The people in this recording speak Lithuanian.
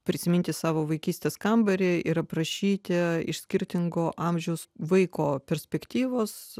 prisiminti savo vaikystės kambarį ir aprašyti iš skirtingo amžiaus vaiko perspektyvos